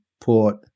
Port